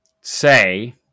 say